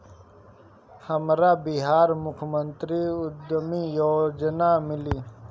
हमरा बिहार मुख्यमंत्री उद्यमी योजना मिली?